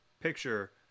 picture